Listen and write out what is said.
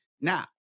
Now